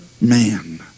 man